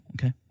Okay